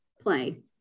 play